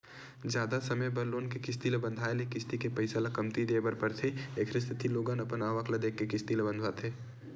जादा समे बर लोन के किस्ती ल बंधाए ले किस्ती के पइसा ल कमती देय बर परथे एखरे सेती लोगन अपन आवक ल देखके किस्ती ल बंधवाथे